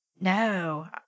No